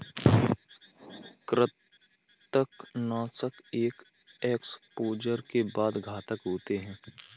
कृंतकनाशक एक एक्सपोजर के बाद घातक होते हैं